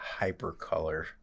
hypercolor